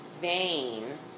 vein